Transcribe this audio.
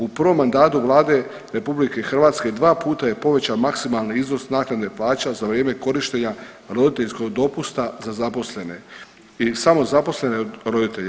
U prvom mandatu Vlade RH dva puta je povećan maksimalan iznos naknade plaća za vrijeme korištenja roditeljskog dopusta za zaposlene i samozaposlene roditelje.